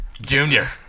Junior